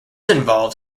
involves